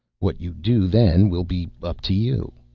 what you do then will be up to you.